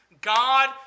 God